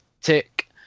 tick